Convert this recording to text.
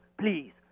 please